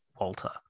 walter